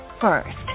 first